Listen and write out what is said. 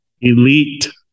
Elite